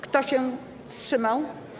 Kto się wstrzymał?